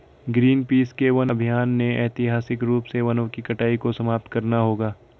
Greenpeace के वन अभियान ने ऐतिहासिक रूप से वनों की कटाई को समाप्त करना होगा